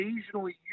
occasionally